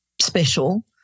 special